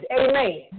Amen